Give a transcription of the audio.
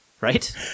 right